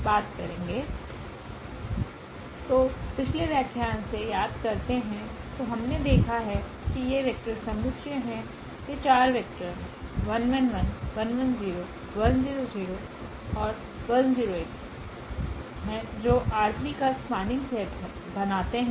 तो पिछले व्याख्यान से याद करते हैं तोहमने देखा है कि ये वेक्टर समुच्चय हैं ये 4 वेक्टर हैं जो R3 का स्पान्निंग सेट बनाते हैं